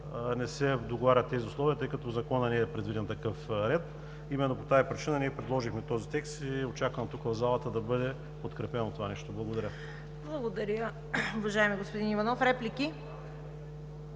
не се договарят тези условия, тъй като в Закона не е предвиден такъв ред. Именно по тази причина ние предложихме този текст и очакваме тук, в залата, да бъде подкрепено това нещо. Благодаря. ПРЕДСЕДАТЕЛ ЦВЕТА КАРАЯНЧЕВА: Благодаря, уважаеми господин Иванов. Реплики?